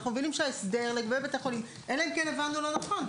אנחנו מבינים שההסדר לגבי בית החולים אלא אם כן הבנו לא נכון,